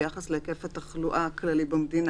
להכריז על האזור כאזור מוגבל,